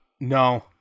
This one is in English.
no